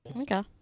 okay